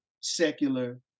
secular